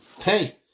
hey